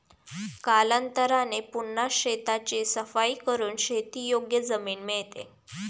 कालांतराने पुन्हा शेताची सफाई करून शेतीयोग्य जमीन मिळते